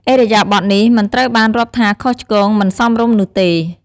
ឥរិយាបថនេះមិនត្រូវបានរាប់ថាខុសឆ្គង មិនសមរម្យនោះទេ។